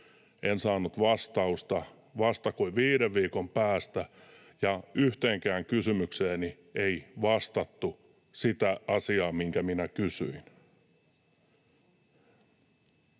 en saanut vastausta vasta kuin viiden viikon päästä, ja yhteenkään kysymykseeni ei vastattu sitä asiaa, mitä minä kysyin.